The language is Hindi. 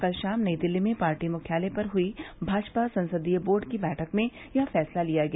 कल शाम नई दिल्ली में पार्टी मुख्यालय पर हुई भाजपा संसदीय बोर्ड की बैठक में यह फैसला लिया गया